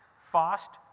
fast,